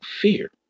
fear